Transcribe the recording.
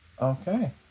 Okay